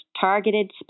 targeted